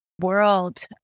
world